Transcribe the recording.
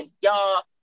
y'all